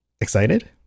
Excited